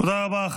תודה רבה.